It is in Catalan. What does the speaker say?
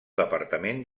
departament